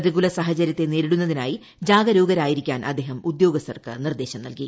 പ്രതികൂല സാഹചര്യത്തെ നേരിടുന്നതിനായി ജാഗരൂകരായിരിക്കാൻ അദ്ദേഹം ഉദ്യോഗസ്ഥർക്ക് നിർദ്ദേശം നൽകി